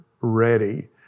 ready